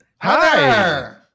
Hi